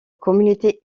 communauté